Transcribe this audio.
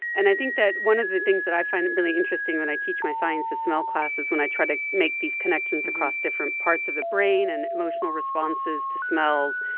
and i think that one of the things that i find really interesting when i teach my science of smell class is when i try to make these connections across different parts of the brain and emotional responses to smells,